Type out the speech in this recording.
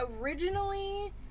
originally